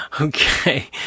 Okay